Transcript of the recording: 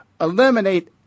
eliminate